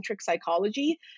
psychology